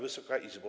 Wysoka Izbo!